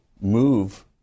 move